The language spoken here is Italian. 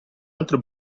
altro